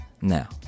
Now